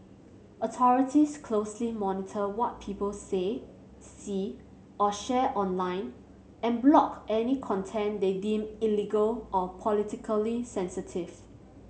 authorities closely monitor what people say see or share online and block any content they deem illegal or politically sensitive